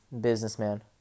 businessman